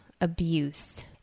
abuse